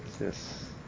Yes